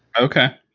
Okay